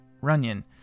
Runyon